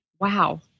Wow